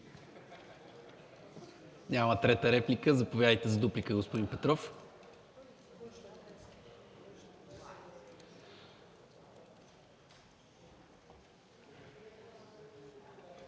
ли трета реплика? Няма. Заповядайте за дуплика, господин Петров.